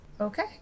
Okay